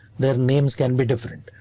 their names can be different.